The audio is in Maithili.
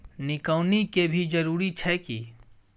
निकौनी के भी जरूरी छै की?